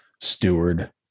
steward